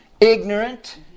ignorant